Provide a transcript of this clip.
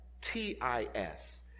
T-I-S